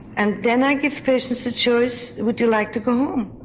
and then i give patients the choice would you like to go home?